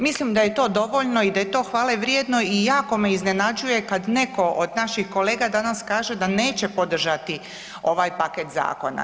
Mislim da je to dovoljno i da je to hvale vrijedno i jako me iznenađuje kada netko od naših kolega danas kaže da neće podržati ovaj paket zakona.